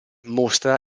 mostra